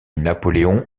napoléon